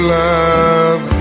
love